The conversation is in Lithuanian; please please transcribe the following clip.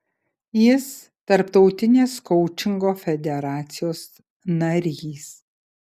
jis tarptautinės koučingo federacijos narys